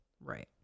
Right